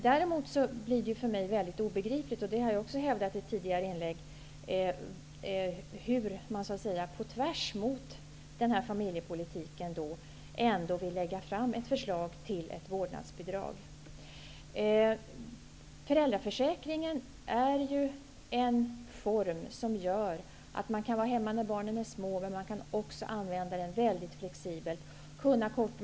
Däremot blir det för mig helt obegripligt -- jag har hävdat det i tidigare inlägg också -- hur man tvärtemot den här familjepolitiken ändå vill lägga fram ett förslag till ett vårdnadsbidrag. Föräldraförsäkringen innebär ju att man kan vara hemma när barnen är små. Man kan använda sig av den väldigt flexibelt.